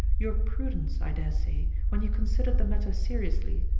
your prudence, i dare say, when you consider the matter seriously,